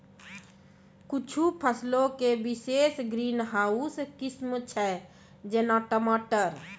कुछु फसलो के विशेष ग्रीन हाउस किस्म छै, जेना टमाटर